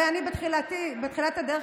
הרי בתחילת הדרך,